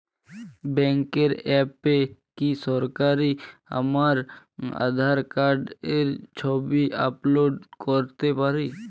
ব্যাংকের অ্যাপ এ কি সরাসরি আমার আঁধার কার্ড র ছবি আপলোড করতে পারি?